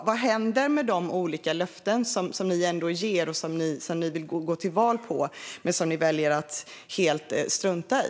Vad händer med de olika löften som ni ändå ger, som ni vill gå till val på men som ni väljer att helt strunta i?